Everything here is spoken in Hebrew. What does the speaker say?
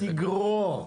כמו שאתה רואה,